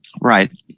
Right